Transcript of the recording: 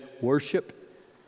worship